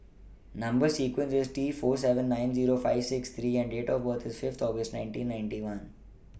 Number sequence IS T four seven nine Zero five six three and Date of birth IS Fifth August nineteen ninety one